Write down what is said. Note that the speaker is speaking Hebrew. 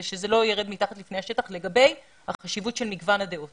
ושזה לא ירד מתחת לפני השטח לגבי החשיבות של מגוון הדעות,